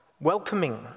Welcoming